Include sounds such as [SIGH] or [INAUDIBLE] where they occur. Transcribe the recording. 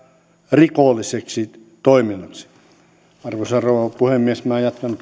rikolliseksi toiminnaksi arvoisa rouva puhemies minä jatkan [UNINTELLIGIBLE]